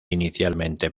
inicialmente